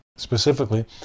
specifically